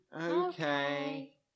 Okay